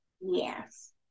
Yes